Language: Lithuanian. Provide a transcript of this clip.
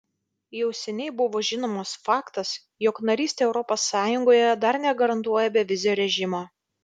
jau seniai buvo žinomas faktas jog narystė europos sąjungoje dar negarantuoja bevizio režimo